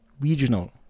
regional